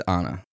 Anna